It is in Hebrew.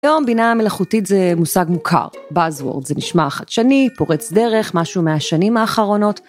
היום בינה המלאכותית זה מושג מוכר, Buzzword, זה נשמע חדשני, פורץ דרך, משהו מהשנים האחרונות.